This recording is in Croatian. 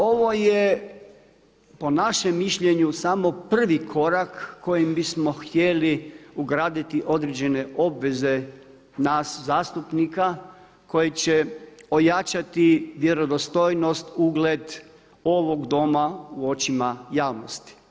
Ovo je po našem mišljenju samo prvi korak kojim bismo htjeli ugraditi određene obveze nas zastupnika koji će ojačati vjerodostojnost, ugled ovog Doma u očima javnosti.